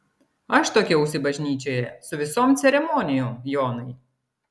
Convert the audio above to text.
aš tuokiausi bažnyčioje su visom ceremonijom jonai